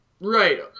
Right